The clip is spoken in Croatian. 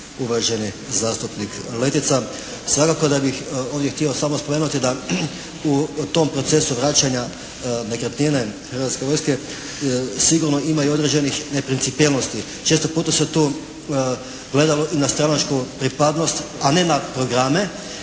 uvaženi zastupnik Letica. Svakako da bih on je htio samo spomenuti da u tom procesu vraćanja nekretnine Hrvatske vojske sigurno ima i određenih neprincipijelnosti. Često puta se tu gledalo i na stranačku pripadnost, a ne na programe.